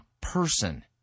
person